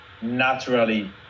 naturally